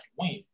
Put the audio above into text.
win